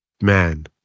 Man